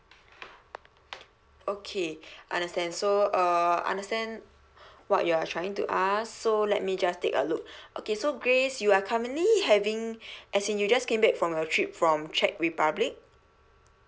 okay understand so uh understand what you're trying to ask so let me just take a look okay so grace you are currently having as in you just came back from a trip from czech republic